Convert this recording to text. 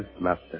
Master